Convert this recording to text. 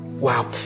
Wow